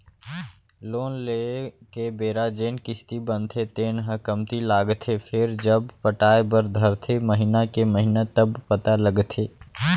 loan लेए के बेरा जेन किस्ती बनथे तेन ह कमती लागथे फेरजब पटाय बर धरथे महिना के महिना तब पता लगथे